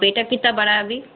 बेटा कितना बड़ा है अभी